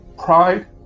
Pride